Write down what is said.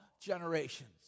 generations